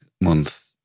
month